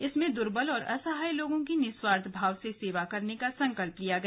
इसमें दुर्बल और असहाय लोगों की निस्वार्थ भाव से सेवा करने का संकल्प लिया गया